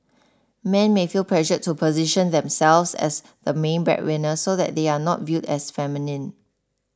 men may feel pressured to position themselves as the main breadwinner so that they are not viewed as feminine